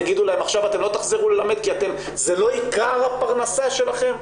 אז יגידו להם עכשיו: אתם לא תחזרו ללמד כי זה לא עיקר הפרנסה שלכם?